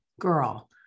girl